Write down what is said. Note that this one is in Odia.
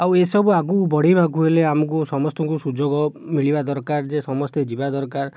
ଆଉ ଏ ସବୁ ଆଗକୁ ବଢ଼େଇବାକୁ ହେଲେ ଆମକୁ ସମସ୍ତଙ୍କୁ ସୁଯୋଗ ମିଳିବା ଦରକାର ଯେ ସମସ୍ତେ ଯିବା ଦରକାର